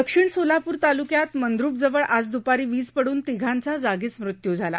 दक्षिण सोलापुर तालुक्यात मंद्रप जवळ आज दुपारी वीज पडुन तिघांचा जागीच मृत्यू झाला